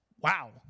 Wow